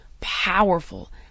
powerful